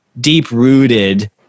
deep-rooted